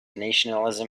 nationalism